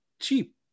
cheap